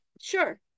Sure